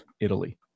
Italy